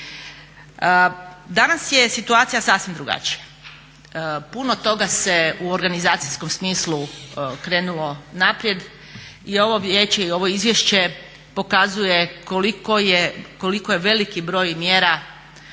Danas je situacija sasvim drugačija. Puno toga se u organizacijskom smislu krenulo naprijed i ovo Vijeće i ovo izvješće pokazuje koliko je veliki broj mjera